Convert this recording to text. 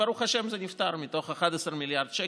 ברוך השם זה נפתר מתוך ה-11 מיליארד שקל,